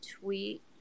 tweet